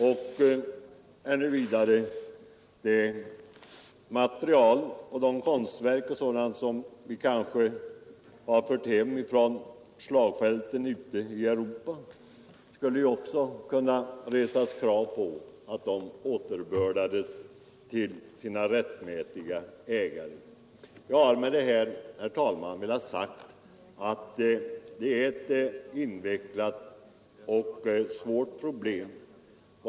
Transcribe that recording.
Eller tänk på de konstverk av olika slag som vi hemfört från slagfälten ute i Europa! Även i sådana fall skulle det kunna resas krav på att konstverken återbördades till sina rättmätiga ägare. Jag menar alltså att detta är invecklade och svåra problem.